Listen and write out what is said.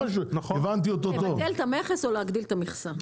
לבטל את המכס או להגדיל את המכסה.